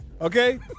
okay